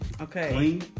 Okay